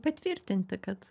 patvirtinti kad